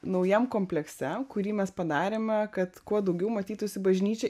naujam komplekse kurį mes padarėme kad kuo daugiau matytųsi bažnyčia